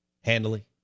Handily